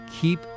Keep